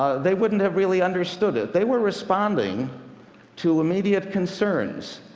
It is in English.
they wouldn't have really understood it. they were responding to immediate concerns.